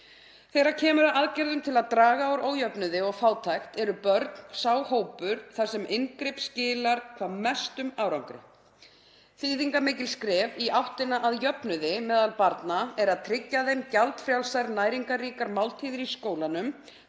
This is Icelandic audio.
Þegar kemur að aðgerðum til að draga úr ójöfnuði og fátækt eru börn sá hópur þar sem inngrip skilar hvað mestum árangri. Þýðingarmikil skref í áttina að jöfnuði meðal barna eru að tryggja þeim gjaldfrjálsar, næringarríkar máltíðir í skólanum;